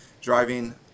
driving